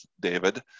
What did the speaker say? David